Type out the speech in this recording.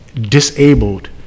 disabled